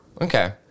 Okay